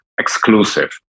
exclusive